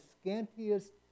scantiest